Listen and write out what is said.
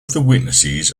witness